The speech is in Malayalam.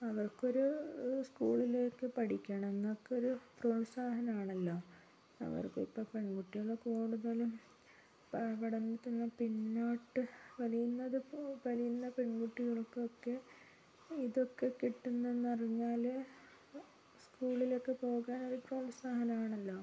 അവർക്കൊരു സ്കൂളിലൊക്കെ പഠിക്കണം എന്നൊക്കെ ഒരു പ്രോത്സാഹനമാണല്ലോ അവർക്കിപ്പോൾ പെൺകുട്ടികൾ കൂടുതലും പഠനത്തിൽ നിന്ന് പിന്നോട്ട് വലിയുന്നത് വലിയുന്ന പെൺകുട്ടികൾക്കൊക്കെ ഇതൊക്കെ കിട്ടുന്നെന്നറിഞ്ഞാൽ സ്കൂളിലേക്ക് പോകാനൊരു പ്രോത്സാഹനമാണല്ലോ